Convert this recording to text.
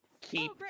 keep